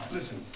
Listen